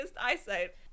eyesight